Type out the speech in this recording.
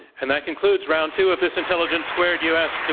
and that concludes round two of this intelligence squared u. s.